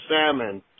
salmon